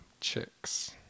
Chicks